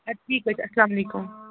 اَدٕ ٹھیٖک حظ چھِ اَسلامُ علیکُم